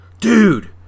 Dude